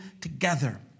together